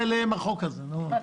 למה החוק הזה נוגע אליהם?